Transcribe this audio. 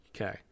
Okay